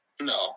No